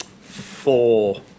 Four